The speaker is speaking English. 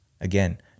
Again